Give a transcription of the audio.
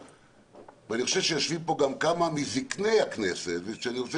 אני חושב שיושבים פה גם כמה מזקני הכנסת ואני רוצה